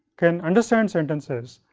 can understand sentences,